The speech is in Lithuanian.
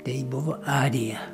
tai buvo arija